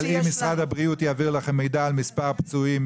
אם משרד הבריאות יעביר לכם מידע על מספר פצועים,